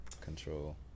control